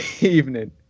evening